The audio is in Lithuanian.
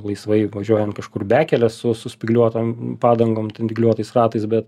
laisvai važiuojant kažkur bekele su su spygliuotom padangom dygliuotais ratais bet